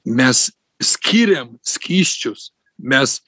mes skiriam skysčius mes